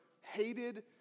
hated